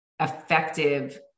effective